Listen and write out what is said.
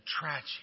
tragic